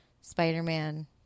Spider-Man